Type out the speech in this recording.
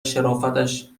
شرافتش